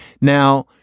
Now